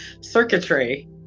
circuitry